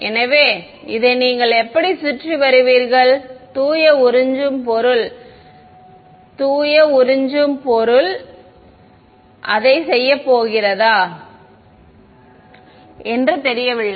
எனவே இதை நீங்கள் எப்படிச் சுற்றி வருவீர்கள் தூய உறிஞ்சும் பொருள் அதைச் செய்யப் போகிறதா என்று தெரியவில்லை